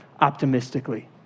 optimistically